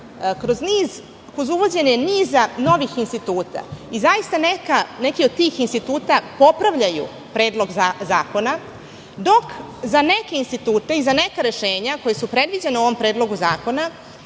kroz uvođenje niza novih instituta. Zaista neki od tih instituta popravljaju Predlog zakona, dok za neke institute i za neka rešenja, koja su predviđena u ovom Predlogu zakona,